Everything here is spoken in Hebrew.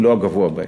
אם לא הגבוה בו,